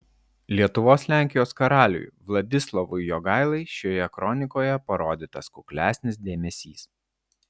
lietuvos lenkijos karaliui vladislovui jogailai šioje kronikoje parodytas kuklesnis dėmesys